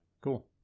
Cool